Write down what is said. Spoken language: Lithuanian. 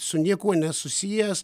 su niekuo nesusijęs